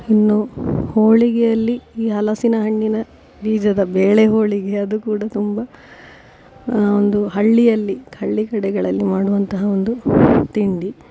ಇನ್ನು ಹೋಳಿಗೆಯಲ್ಲಿ ಈ ಹಲಸಿನ ಹಣ್ಣಿನ ಬೀಜದ ಬೇಳೆ ಹೋಳಿಗೆ ಅದು ಕೂಡ ತುಂಬ ಒಂದು ಹಳ್ಳಿಯಲ್ಲಿ ಹಳ್ಳಿ ಕಡೆಗಳಲ್ಲಿ ಮಾಡುವಂತಹ ಒಂದು ತಿಂಡಿ